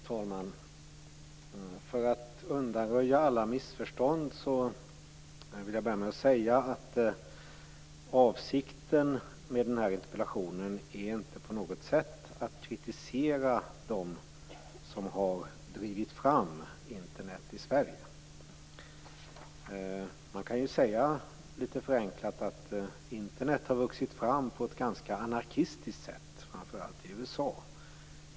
Fru talman! För att undanröja alla missförstånd vill jag inledningsvis säga att avsikten med min interpellation inte på något sätt är att kritisera dem som har drivit fram Internet i Sverige. Litet förenklat kan man säga att Internet har vuxit fram på ett ganska anarkistiskt sätt, framför allt i USA.